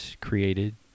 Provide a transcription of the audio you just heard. created